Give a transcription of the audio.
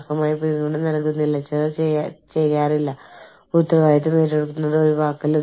അപ്പോൾ ഈ ബന്ധം എങ്ങനെ കൈകാര്യം ചെയ്യാമെന്ന് അവരെ ഉപദേശിക്കാൻ നിങ്ങൾ അവരെക്കാൾ പത്ത് പടി മുന്നിലായിരിക്കണം